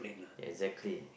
exactly